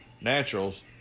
Naturals